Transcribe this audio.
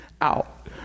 out